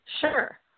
Sure